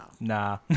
nah